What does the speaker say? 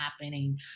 happening